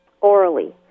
orally